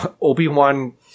Obi-Wan